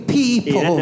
people